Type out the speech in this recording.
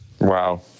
wow